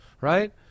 right